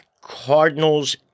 Cardinals